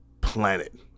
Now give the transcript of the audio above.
planet